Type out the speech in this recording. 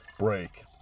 break